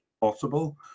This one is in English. Possible